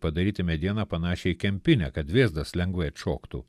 padaryti medieną panašią į kempinę kad vėzdas lengvai atšoktų